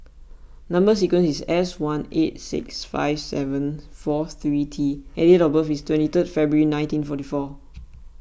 Number Sequence is S one eight six five seven four three T and date of birth is twenty three February nineteen forty four